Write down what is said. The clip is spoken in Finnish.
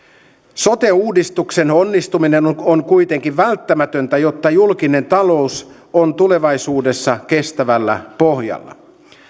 sote uudistuksen onnistuminen on on kuitenkin välttämätöntä jotta julkinen talous on tulevaisuudessa kestävällä pohjalla